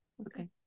Okay